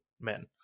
men